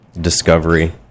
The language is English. discovery